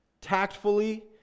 Tactfully